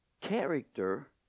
Character